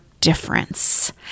difference